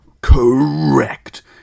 correct